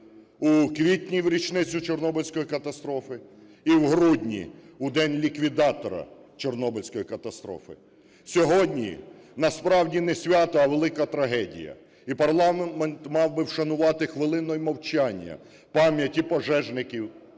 у квітні в річницю Чорнобильської катастрофи і в грудні у День ліквідатора Чорнобильської катастрофи. Сьогодні насправді не свято, а велика трагедія. І парламент мав би вшанувати хвилиною мовчання пам'ять і пожежників,